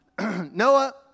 Noah